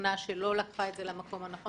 תוכנה שלא לקחה את זה למקום הנכון.